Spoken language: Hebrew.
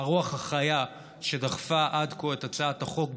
הרוח החיה שדחפה עד כה את הצעת החוק,